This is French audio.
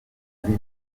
lui